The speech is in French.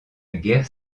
guerre